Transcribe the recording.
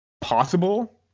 Possible